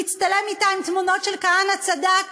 להצטלם אתה עם תמונות של "כהנא צדק",